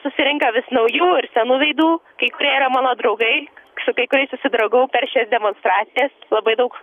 susirenka vis naujų senų veidų kai kurie yra mano draugai su kai kuriais susidraugavau per šias demonstracijas labai daug